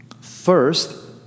First